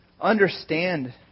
understand